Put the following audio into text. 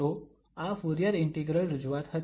તો આ Fourier integral રજૂઆત હતી